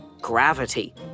gravity